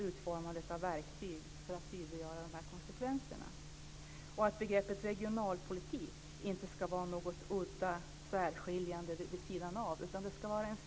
I varje konjunkturprognos ser vi hur tillväxtprognoserna ökar.